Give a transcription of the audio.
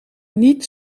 niet